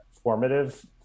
formative